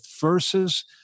versus